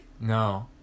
No